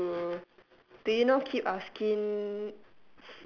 to to you know keep our skin